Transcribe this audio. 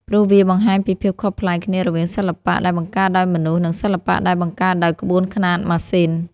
ព្រោះវាបង្ហាញពីភាពខុសប្លែកគ្នារវាងសិល្បៈដែលបង្កើតដោយមនុស្ស និងសិល្បៈដែលបង្កើតដោយក្បួនខ្នាតម៉ាស៊ីន។